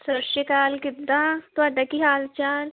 ਸਤਿ ਸ਼੍ਰੀ ਅਕਾਲ ਕਿੱਦਾਂ ਤੁਹਾਡਾ ਕੀ ਹਾਲ ਚਾਲ